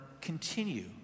continue